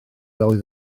oedd